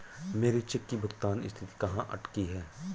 मेरे चेक की भुगतान स्थिति कहाँ अटकी है?